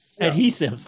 adhesive